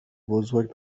بزرگ